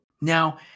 Now